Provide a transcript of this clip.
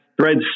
threads